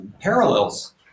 parallels